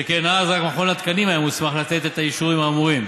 שכן אז רק מכון התקנים היה מוסמך לתת את האישורים האמורים.